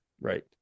right